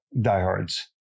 diehards